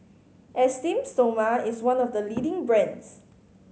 Esteem Stoma is one of the leading brands